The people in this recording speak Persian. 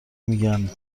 میگن